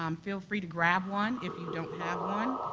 um feel free to grab one, if you don't have one,